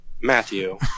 Matthew